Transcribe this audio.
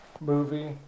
movie